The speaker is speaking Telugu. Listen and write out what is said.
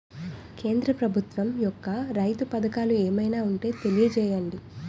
కేంద్ర ప్రభుత్వం యెక్క రైతు పథకాలు ఏమైనా ఉంటే తెలియజేయండి?